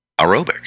aerobic